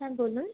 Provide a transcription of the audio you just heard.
হ্যাঁ বলুন